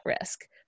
risk